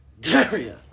Daria